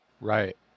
Right